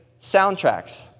soundtracks